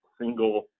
single